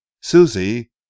Susie